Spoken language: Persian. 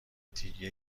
دیگه